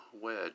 wedge